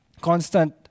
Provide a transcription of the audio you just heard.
constant